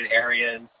areas